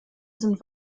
sind